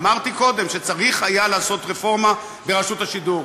אמרתי קודם שצריך היה לעשות רפורמה ברשות השידור.